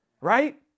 Right